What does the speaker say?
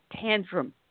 tantrum